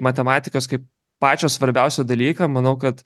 matematikos kaip pačio svarbiausio dalyką manau kad